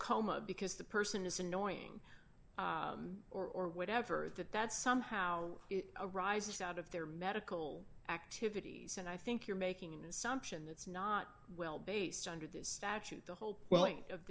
coma because the person is annoying or or whatever that that somehow arises out of their medical activities and i think you're making an assumption that's not well based under this statute the whole